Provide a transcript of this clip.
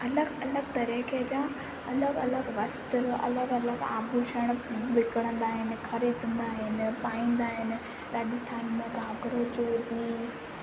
अलॻि अलॻि तरीक़े जा अलॻि अलॻि वस्त्र अलॻि अलॻि आभूषण विकिणंदा आहिनि ख़रीद कंदा आहिनि पाईंदा आहिनि राजस्थान में घणो करे चोली